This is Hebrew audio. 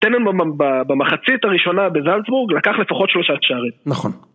תן לנו במחצית הראשונה בזלצבורג לקח לפחות שלושה שערים. נכון.